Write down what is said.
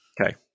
Okay